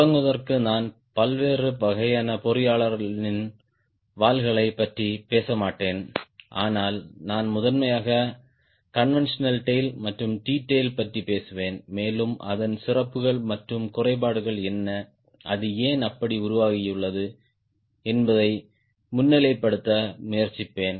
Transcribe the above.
தொடங்குவதற்கு நான் பல்வேறு வகையான பொறியியலாளரின் வால்களைப் பற்றி பேசமாட்டேன் ஆனால் நான் முதன்மையாக கான்வென்டியோனல் டேய்ல் மற்றும் T tail பற்றிப் பேசுவேன் மேலும் அதன் சிறப்புகள் மற்றும் குறைபாடுகள் என்ன அது ஏன் அப்படி உருவாகியுள்ளது என்பதை முன்னிலைப்படுத்த முயற்சிப்பேன்